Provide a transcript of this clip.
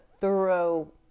thorough